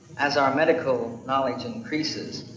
as our medical knowledge increases,